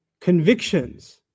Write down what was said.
convictions